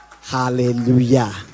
hallelujah